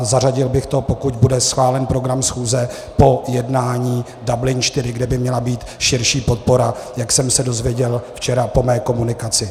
Zařadil bych to, pokud bude schválen program schůze, po jednání Dublin IV, kde by měla být širší podpora, jak jsem se dozvěděl včera po mé komunikaci.